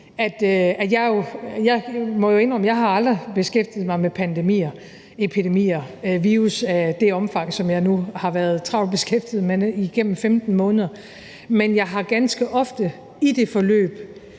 Jeg må jo indrømme, at jeg aldrig har beskæftiget mig med pandemier, epidemier, virus i det omfang, som jeg nu har været beskæftiget med det igennem 15 måneder. Men jeg er ganske ofte i det forløb